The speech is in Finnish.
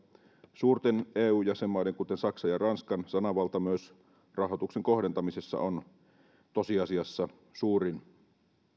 suurten eu jäsenmaiden kuten saksan ja ranskan sananvalta myös rahoituksen kohdentamisessa on tosiasiassa suurin